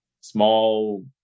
small